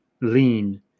lean